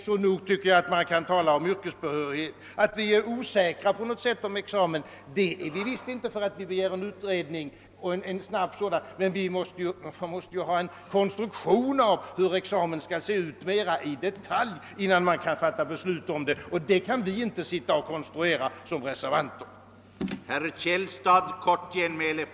Så nog tycker jag att man kan tala om yrkesbehörighet. Det förhållandet att vi begär en snabb utredning innebär inte att vi är osäkra beträffande mellanexamen. Men vi måste veta hur denna examen mera i detalj skall utformas, innan beslut kan fattas. En sådan utformning kan vi som reservanter inte konstruera.